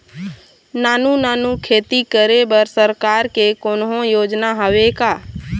नानू नानू खेती करे बर सरकार के कोन्हो योजना हावे का?